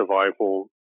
survival